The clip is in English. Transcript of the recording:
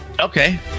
Okay